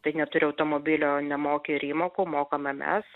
tai neturi automobilio nemoki ir įmokų mokame mes